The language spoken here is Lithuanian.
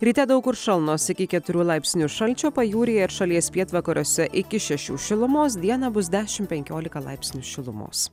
ryte daug kur šalnos iki keturių laipsnių šalčio pajūryje ir šalies pietvakariuose iki šešių šilumos dieną bus dešim penkiolika laipsnių šilumos